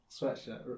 sweatshirt